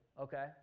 okay